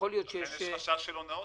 לכן יש חשש של הונאות.